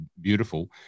beautiful